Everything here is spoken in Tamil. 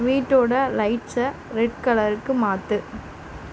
வீட்டோட லைட்ஸை ரெட் கலருக்கு மாற்று